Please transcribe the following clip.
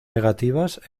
negativas